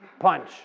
Punch